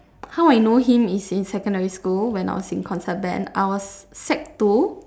how I know him is in secondary school when I was in concert band I was sec two